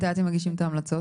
מתי אתם מגישים את ההמלצות?